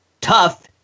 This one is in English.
tough